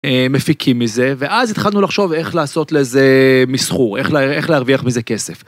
מפיקים מזה ואז התחלנו לחשוב איך לעשות לזה מסחור, איך להרוויח מזה כסף.